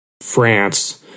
France